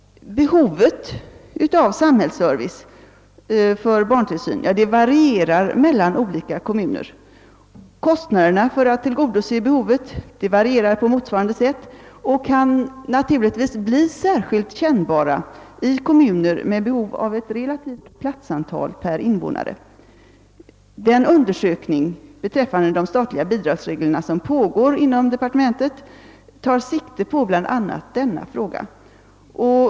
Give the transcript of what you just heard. Behovet av samhällsservice för barntillsyn varierar mellan olika kommuner. Kostnaderna för att tillgodose behovet varierar på motsvarande sätt och kan naturligtvis bli särskilt kännbara i kommuner där det behövs ett relativt stort antal platser per invånare. Den undersökning beträffande de statliga bidragsreglerna som pågår inom socialdepartementet tar sikte på en lösning av bl.a. denna fråga.